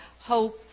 hope